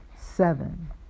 seven